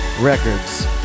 Records